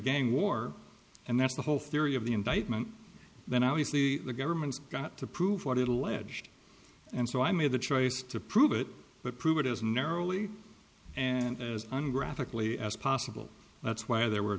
gang war and that's the whole theory of the indictment then obviously the government's got to prove what it alleged and so i made the choice to prove it but prove it as narrowly and as an graphically as possible that's why there were